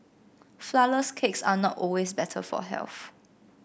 flourless cakes are not always better for health